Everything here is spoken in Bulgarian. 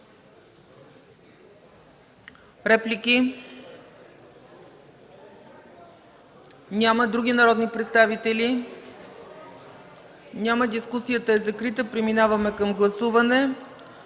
Реплики? Няма. Други народни представители? Няма. Дискусията е закрита. Преминаваме към гласуване.